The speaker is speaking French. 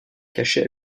cachets